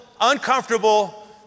uncomfortable